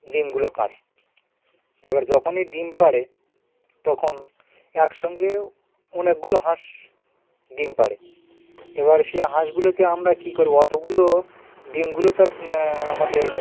ডিমগুলো পাড়ে এবার যখনই ডিম পাড়ে তখন একসঙ্গে অনেকগুলো হাঁস ডিম পাড়ে এবার সেই হাঁসগুলোকে আমরা কী করবো অতগুলো ডিমগুলো তো আর আমাদের